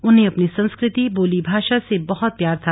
उन्हें अपनी संस्कृति बोली भाषा से बहत प्यार था